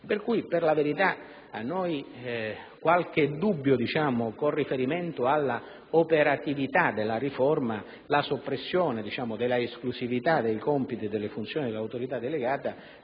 Pertanto, per la verità, a noi qualche dubbio, con riferimento all'operatività della riforma, lo pone la soppressione dell'esclusività dei compiti e delle funzioni dell'Autorità delegata,